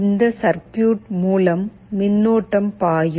இந்த சர்கியூட் மூலம் மின்னோட்டம் பாயும்